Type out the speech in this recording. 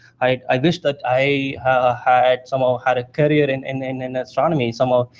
i wished that i had somehow had a career in and in and astronomy somehow.